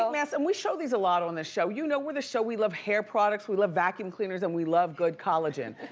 the sheet masks, and we show these a lot on this show. you know, we're the show, we love hair products, we love vacuum cleaners, and we love good collagen.